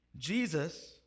Jesus